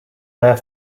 their